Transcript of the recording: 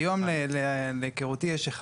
היום, להיכרותי, יש אחד.